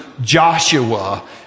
joshua